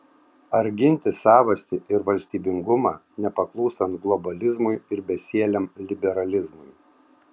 ar ginti savastį ir valstybingumą nepaklūstant globalizmui ir besieliam liberalizmui